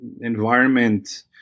environment